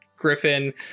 griffin